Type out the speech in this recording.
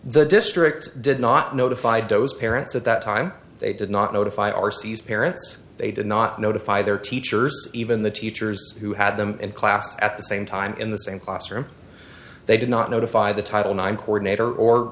the district did not notify doe's parents at that time they did not notify overseas parents they did not notify their teachers even the teachers who had them in class at the same time in the same classroom they did not notify the title nine coordinator or